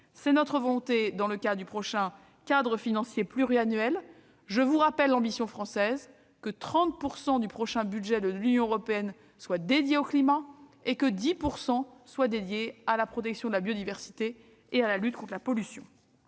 est la volonté de la France pour le prochain cadre financier pluriannuel, avec comme ambition que 30 % du prochain budget de l'Union européenne soit dédié au climat, et que 10 % soient dédiés à la protection de la biodiversité et à la lutte contre la pollution.